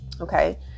okay